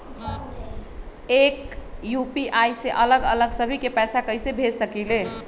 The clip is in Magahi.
एक यू.पी.आई से अलग अलग सभी के पैसा कईसे भेज सकीले?